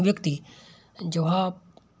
व्यक्ती जेव्हा